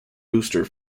booster